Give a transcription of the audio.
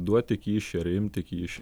duoti kyšį ar imti kyšį